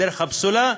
הדרך הפסולה,